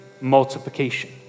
multiplication